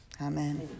Amen